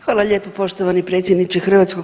Hvala lijepo poštovani predsjedniče HS.